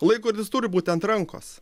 laikrodis turi būti ant rankos